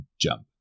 jump